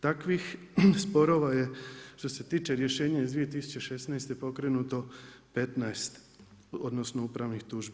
Takvih sporova je što se tiče rješenja iz 2016. pokrenuto 15 odnosno upravnih tužbi.